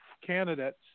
candidates